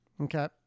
Okay